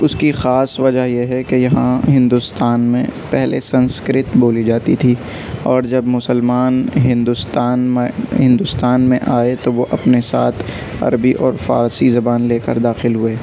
اس کی خاص وجہ یہ ہے کہ یہاں ہندوستان میں پہلے سنسکرت بولی جاتی تھی اور جب مسلمان ہندوستان ہندوستان میں آئے تو وہ اپنے ساتھ عربی اور فارسی زبان لے کر داخل ہوئے